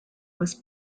was